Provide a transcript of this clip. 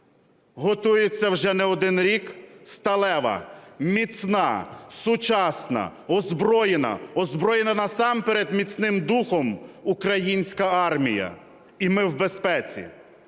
готується вже не один рік сталева, міцна сучасна озброєна, озброєна насамперед міцним духом, українська армія і ми в безпеці,